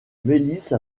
milice